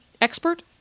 expert